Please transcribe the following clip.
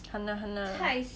!hanna! !hanna!